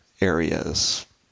areas